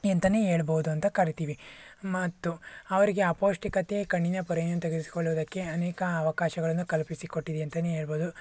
ಎಂತನೇ ಹೇಳ್ಬೋದ್ ಅಂತ ಕರೀತೀವಿ ಮತ್ತು ಅವರಿಗೆ ಅಪೌಷ್ಟಿಕತೆ ಕಣ್ಣಿನ ಪೊರೆಯನ್ನು ತೆಗೆಸಿಕೊಳ್ಳುವುದಕ್ಕೆ ಅನೇಕ ಅವಕಾಶಗಳನ್ನು ಕಲ್ಪಿಸಿ ಕೊಟ್ಟಿದೆ ಅಂತನೇ ಹೇಳ್ಬೊದು